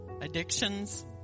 addictions